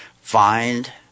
find